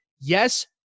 yes